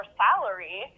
salary